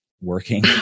working